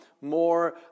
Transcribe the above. more